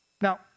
now